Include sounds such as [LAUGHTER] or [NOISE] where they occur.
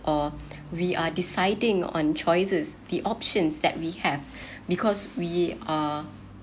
or we are deciding on choices the options that we have [BREATH] because we are